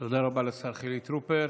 תודה רבה לשר חילי טרופר.